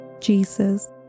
Jesus